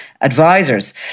advisors